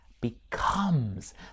becomes